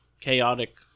chaotic